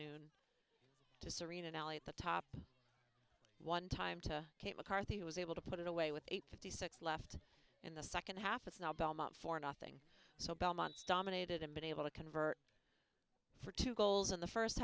noon to serene in l a at the top one time to kate mccarthy was able to put it away with eight fifty six left in the second half it's now belmont for nothing so belmont dominated and been able to convert for two goals in the first